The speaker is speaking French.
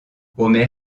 homer